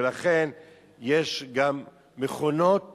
לכן יש גם מכונות